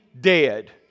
dead